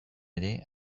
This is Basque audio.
ere